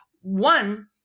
one